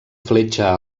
fletxa